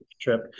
trip